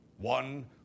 one